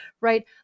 Right